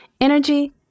Energy